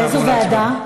לאיזו ועדה?